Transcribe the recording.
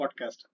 podcast